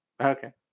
Okay